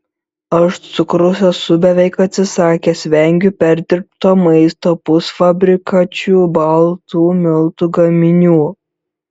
aš cukraus esu beveik atsisakęs vengiu perdirbto maisto pusfabrikačių baltų miltų gaminių